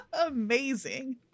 Amazing